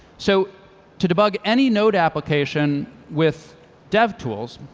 so to debug any node application with devtools,